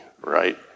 right